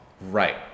right